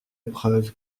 épreuve